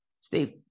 Steve